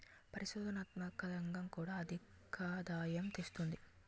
పరిశోధనాత్మక రంగం కూడా అధికాదాయం తెస్తుంది